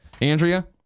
Andrea